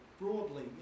broadly